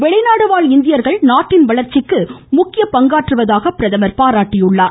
வெளிநாடு வாழ் இந்தியர்கள் நாட்டின் வளர்ச்சிக்கு முக்கிய பங்கு வகிப்பதாக அவர் பாராட்டினார்